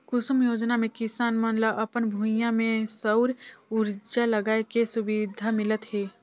कुसुम योजना मे किसान मन ल अपन भूइयां में सउर उरजा लगाए के सुबिधा मिलत हे